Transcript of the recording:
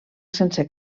sense